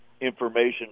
information